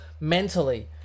mentally